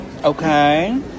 Okay